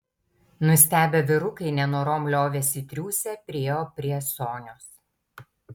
nustebę vyrukai nenorom liovėsi triūsę priėjo prie sonios